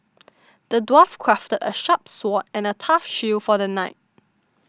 the dwarf crafted a sharp sword and a tough shield for the knight